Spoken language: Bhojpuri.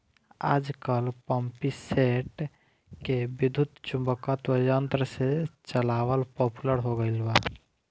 आजकल पम्पींगसेट के विद्युत्चुम्बकत्व यंत्र से चलावल पॉपुलर हो गईल बा